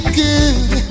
good